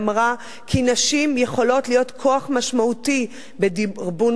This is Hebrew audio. ואמרה כי נשים יכולות להיות כוח משמעותי בדרבון